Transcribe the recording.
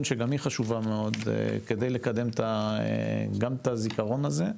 שגם היא חשובה מאוד כדי לקדם גם את הזיכרון הזה,